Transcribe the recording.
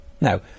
Now